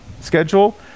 schedule